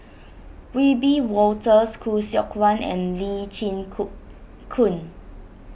Wiebe Wolters Khoo Seok Wan and Lee Chin Ku Koon